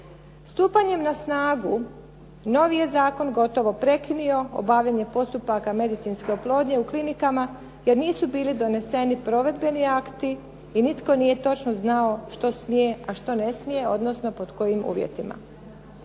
Stupanjem na snagu novi je zakon gotovo prekinuo obavljanje postupaka medicinske oplodnje u klinikama jer nisu bili doneseni provedbeni akti i nitko nije točno znao što smije, a što ne smije odnosno pod kojim uvjetima.